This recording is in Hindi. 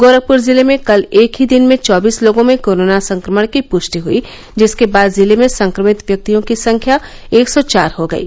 गोरखपुर जिले में कल एक ही दिन में चौबीस लोगों में कोरोना संक्रमण की पुष्टि हुयी जिसके बाद जिले में संक्रमित व्यक्तियों की संख्या एक सौ चार हो गयी